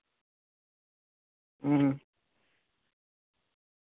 ᱦᱩᱸ